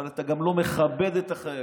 אבל אתה גם לא מכבד את החיילים,